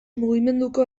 mugimenduko